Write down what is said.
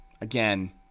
Again